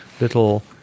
little